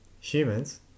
humans